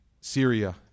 Syria